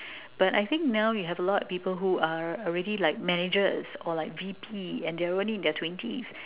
but I think now we have a lot of people who are already like managers or like V_P and they're only in their twenties